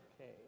Okay